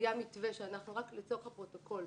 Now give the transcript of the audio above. רק לצורך הפרוטוקול,